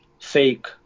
fake